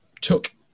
took